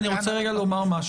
אני רוצה לומר,